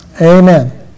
Amen